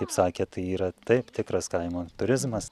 kaip sakėt tai yra taip tikras kaimo turizmas